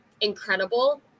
incredible